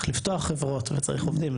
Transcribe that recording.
צריך לפתוח חברות וצריך עובדים,